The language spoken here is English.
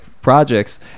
projects